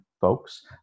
folks